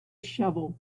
shovel